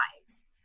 lives